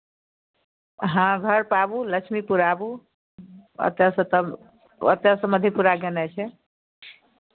हँ घरपर आबू लक्ष्मीपुर आबू ओतयसँ तब ओतयसँ मधेपुरा गेनाइ छै